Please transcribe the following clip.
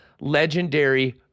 legendary